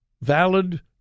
valid